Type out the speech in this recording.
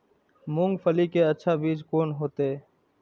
मूंगफली के अच्छा बीज कोन होते?